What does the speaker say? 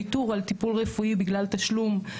ויתור על טיפול רפואי בגלל תשלום,